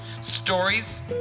stories